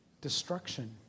Destruction